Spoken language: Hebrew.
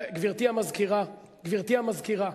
גברתי, גברתי המזכירה, גברתי המזכירה,